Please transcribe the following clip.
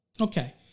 Okay